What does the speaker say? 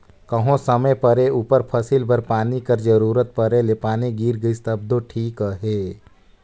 कहों समे परे उपर फसिल बर पानी कर जरूरत परे ले पानी गिर गइस तब दो ठीक अहे